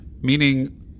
Meaning